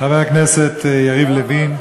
חבר הכנסת יריב לוין,